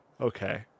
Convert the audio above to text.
okay